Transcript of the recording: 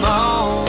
on